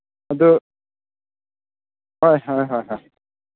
ꯑꯗꯨ ꯍꯣꯏ ꯍꯣꯏ ꯍꯣꯏ